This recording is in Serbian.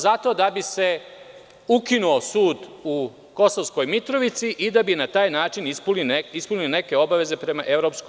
Zato da bi se ukinuo sud u Kosovskoj Mitrovici i da bi na taj način ispunili neke obaveze prema EU.